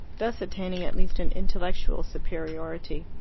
thus attaining at least an intellectual superiority.